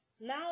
now